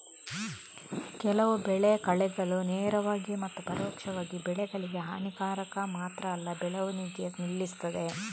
ಕೆಲವು ಬೆಳೆ ಕಳೆಗಳು ನೇರವಾಗಿ ಮತ್ತು ಪರೋಕ್ಷವಾಗಿ ಬೆಳೆಗಳಿಗೆ ಹಾನಿಕಾರಕ ಮಾತ್ರ ಅಲ್ಲ ಬೆಳವಣಿಗೆ ನಿಲ್ಲಿಸ್ತದೆ